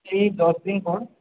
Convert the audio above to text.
এই দশ দিন পর